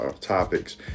topics